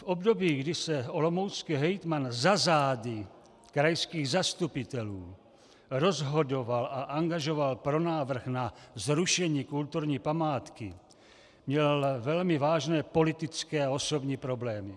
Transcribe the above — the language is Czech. V období, kdy se olomoucký hejtman za zády krajských zastupitelů rozhodoval a angažoval pro návrh na zrušení kulturní památky, měl velmi vážné politické a osobní problémy.